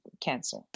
cancer